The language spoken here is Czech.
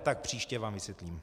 Tak příště vám vysvětlím.